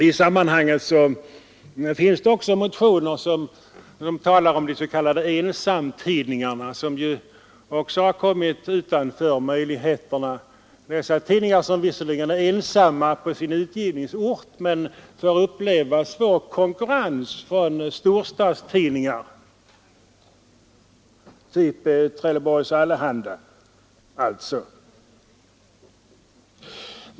I sammanhanget finns också motioner som talar om de s.k. ensamtidningarna, som har kommit utanför möjligheterna till bidrag. Dessa tidningar, typ Trelleborgs Allehanda, är visserligen ensamma på sin utgivningsort men får uppleva svår konkurrens från storstadstidningar.